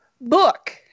book